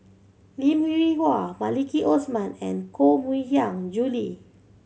Lim Hwee Hua Maliki Osman and Koh Mui Hiang Julie